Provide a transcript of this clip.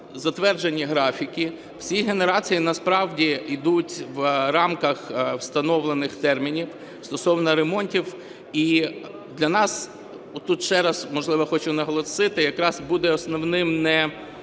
затверджені графіки, всі генерації насправді ідуть в рамках встановлених термінів стосовно ремонтів. І для нас, тут ще раз, можливо, хочу наголосити, якраз буде основним не